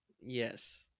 yes